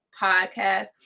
podcast